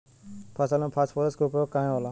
फसल में फास्फोरस के उपयोग काहे होला?